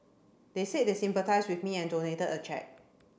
they said they sympathised with me and donated a cheque